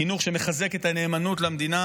חינוך שמחזק את הנאמנות למדינה,